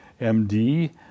MD